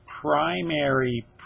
primary